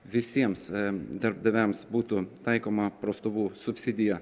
visiems darbdaviams būtų taikoma prastovų subsidija